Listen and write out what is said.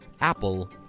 Apple